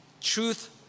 Truth